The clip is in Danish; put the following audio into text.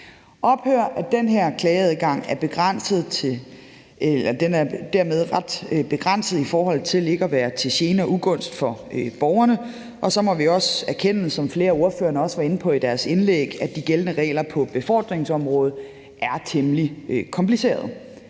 Ophør af den her klageadgang er ret begrænset i forhold til ikke at være til gene og ugunst for borgerne, og så må vi også erkende, som flere af ordførerne også var inde på i deres indlæg, at de gældende regler på befordringsområdet er temmelig komplicerede.